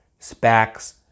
SPACs